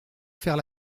faire